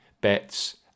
bets